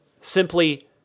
simply